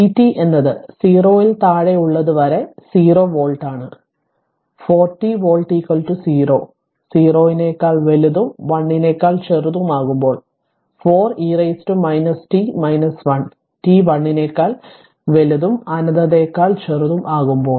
vt എന്നത് 0 ൽ താഴെയുള്ളതുവരെ 0 വോൾട്ടാണ് 4 t വോൾട്ട് 0 0 നേക്കാൾ വലുതും 1 നേക്കാൾ ചെറുതും ആകുമ്പോൾ 4 e t 1 t 1നേക്കാൾ വലുതും അനന്തതയേക്കാൾ ചെറുതും ആകുമ്പോൾ